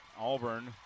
Auburn